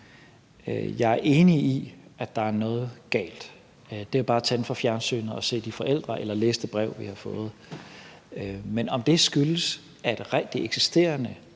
Jeg er enig i, at der er noget galt – det er bare at tænde for fjernsynet og se de forældre eller læse det brev, vi har fået. Men om det skyldes, at det eksisterende